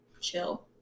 chill